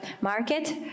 market